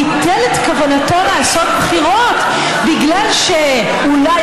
ביטל את כוונתו לעשות בחירות בגלל שאולי